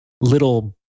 little